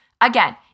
Again